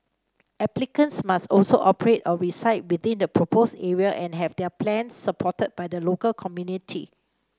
applicants must also operate or reside within the proposed area and have their plans supported by the local community